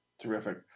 Terrific